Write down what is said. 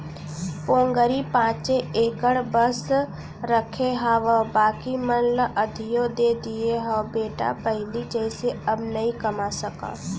पोगरी पॉंचे एकड़ बस रखे हावव बाकी मन ल अधिया दे दिये हँव बेटा पहिली जइसे अब नइ कमा सकव